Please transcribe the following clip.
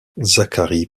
zacharie